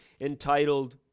entitled